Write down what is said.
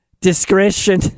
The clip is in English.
Discretion